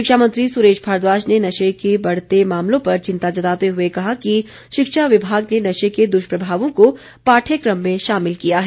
शिक्षामंत्री सुरेश भारद्वाज ने नशे की बढ़ते मामलों पर चिंता जताते हुए कहा कि शिक्षा विभाग ने नशे के दुष्प्रभावों को पाठ्यक्रम में शामिल किया है